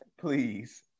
Please